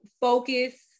focus